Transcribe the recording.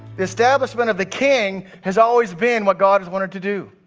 the establishment of the king has always been what god has wanted to do.